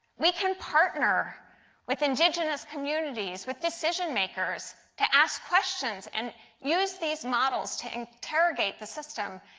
we can partner with indigenous communities, with decision makers to ask questions and use these models to interrogate the system